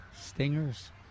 stingers